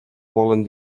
volen